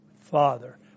Father